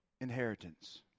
inheritance